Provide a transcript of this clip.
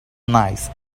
nice